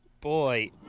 boy